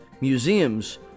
museums